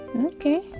okay